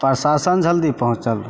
प्रशासन जल्दी पहुँचल